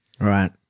Right